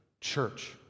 Church